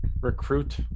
recruit